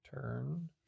Turn